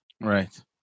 right